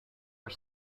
are